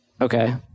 okay